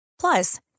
Plus